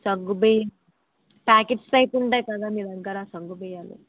సగ్గుబియ్యం packets type ఉంటాయి కదా మీ దగ్గర సగ్గుబియ్యం